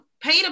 paid